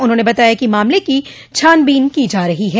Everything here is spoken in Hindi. उन्होंने बताया कि मामले की छानबीन की जा रही है